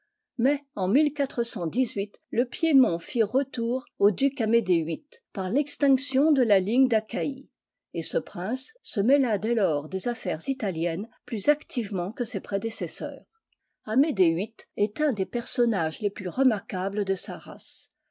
mais en le piémont fit retour au duc amédée viii par l'extinction de la ligne d achaïe et ce prince se mêla dès lors des affaires italiennes plus activement que ses prédécesseurs amédée viii est un des personnages les plus remarquables de sa race